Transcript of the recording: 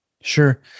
Sure